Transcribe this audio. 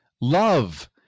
Love